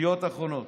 בידיעות אחרונות.